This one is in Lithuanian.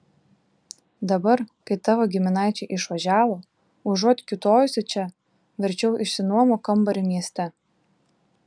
dabar kai tavo giminaičiai išvažiavo užuot kiūtojusi čia verčiau išsinuomok kambarį mieste